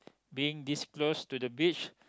being this close to the beach